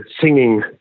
singing